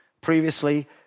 Previously